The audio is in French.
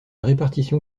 répartition